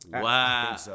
Wow